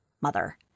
mother